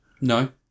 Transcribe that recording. No